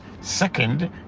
Second